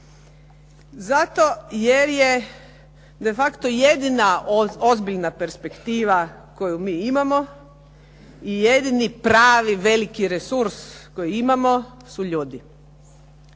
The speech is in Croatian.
Zato jer je de facto jedina ozbiljna perspektiva koju mi imamo i jedini pravi veliki resurs koji imamo su ljudi.